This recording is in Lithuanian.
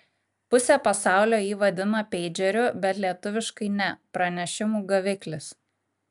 pusė pasaulio jį vadina peidžeriu bet lietuviškai ne pranešimų gaviklis